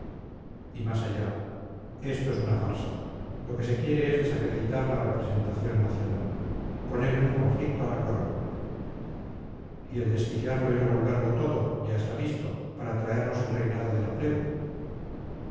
y más allá esto es una farsa lo que se quiere es desacreditar la representación nacional poner en un conflicto a la corona y el desquiciarlo y revolverlo todo ya está visto para traernos el reinado de la plebe